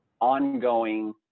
ongoing